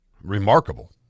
Remarkable